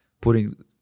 putting